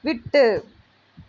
விட்டு